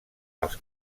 als